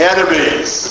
Enemies